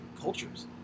cultures